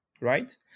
right